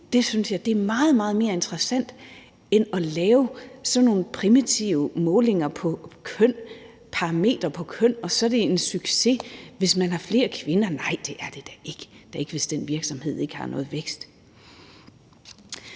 jeg er meget mere interessant end at lave sådan nogle primitive målinger på køn, altså parametre ud fra køn, hvor man siger, at det er en succes, hvis man har flere kvinder. Nej, det er det da ikke – da ikke, hvis den virksomhed ikke har nogen vækst.